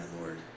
Lord